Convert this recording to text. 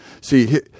See